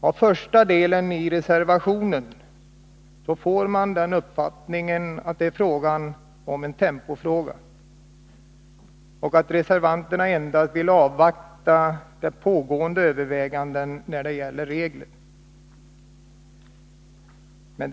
Av reservationens första del får man uppfattningen att det är en tempofråga och att reservanterna vill avvakta pågående överväganden när det gäller reglerna.